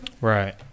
right